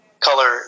Color